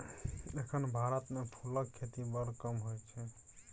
एखन भारत मे फुलक खेती बड़ कम होइ छै